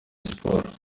sports